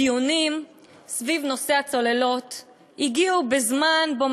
הדיונים סביב נושא הצוללות הגיעו בזמן שבו